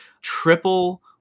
triple